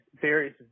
various